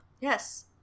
Yes